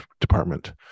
department